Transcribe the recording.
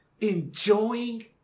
enjoying